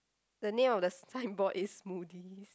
the name of the signboard is Moody's